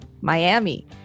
Miami